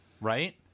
Right